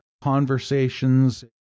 conversations